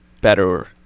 better